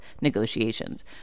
negotiations